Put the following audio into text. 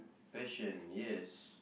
passion yes